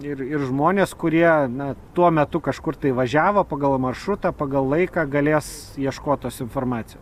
ir ir žmonės kurie na tuo metu kažkur tai važiavo pagal maršrutą pagal laiką galės ieškot tos informacijos